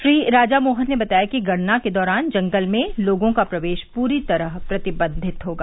श्री राजा मोहन ने बताया कि गणना के दौरान जंगल में लोगों का प्रवेश पूरी तरह प्रतिबंधित होगा